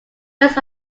rest